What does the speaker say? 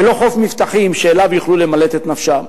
בלא חוף מבטחים שאליו יוכלו למלט את נפשם.